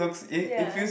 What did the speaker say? ya